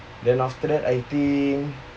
then after that I think